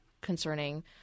concerning